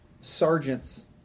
sergeant's